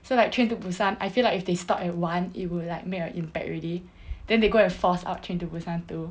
so like train to busan I feel like if they stopped at one it will like make an impact already then they go and forced out train to busan two